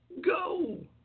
go